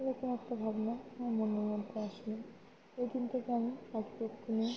এরকম একটা ভাবনা আমার মনের মধ্য আসল এই দিন থেকে আমি